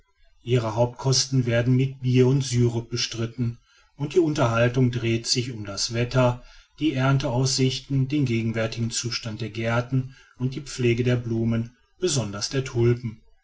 ihre hauptkosten werden mit bier und syrup bestritten und die unterhaltung dreht sich um das wetter die ernteaussichten den gegenwärtigen zustand der gärten und die pflege der blumen besonders der tulpen